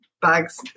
bags